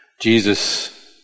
Jesus